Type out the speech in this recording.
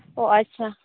ᱚ ᱟᱪᱪᱷᱟ